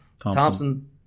Thompson